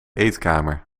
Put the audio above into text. eetkamer